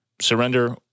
surrender